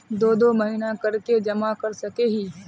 दो दो महीना कर के जमा कर सके हिये?